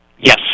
Yes